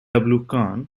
kern